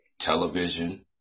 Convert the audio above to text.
television